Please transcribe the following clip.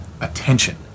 attention